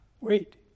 Wait